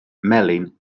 melin